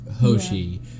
Hoshi